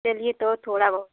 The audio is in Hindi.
चलिए तो थोड़ा बहुत